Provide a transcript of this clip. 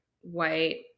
white